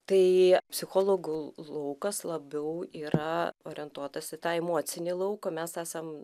tai psichologų laukas labiau yra orientuotas į tą emocinį lauką mes esam